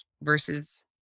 versus